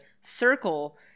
circle